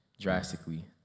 drastically